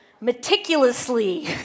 Meticulously